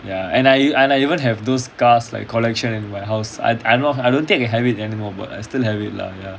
ya and I and I even have those cars like collection in my house I I I don't think they have it anymore but I still have it lah ya